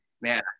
man